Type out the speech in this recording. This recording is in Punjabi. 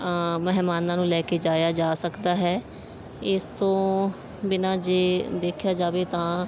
ਮਹਿਮਾਨਾਂ ਨੂੰ ਲੈ ਕੇ ਜਾਇਆ ਜਾ ਸਕਦਾ ਹੈ ਇਸ ਤੋਂ ਬਿਨਾਂ ਜੇ ਦੇਖਿਆ ਜਾਵੇ ਤਾਂ